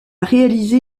réalisé